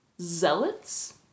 Zealots